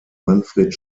manfred